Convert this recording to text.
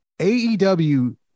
AEW